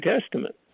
Testament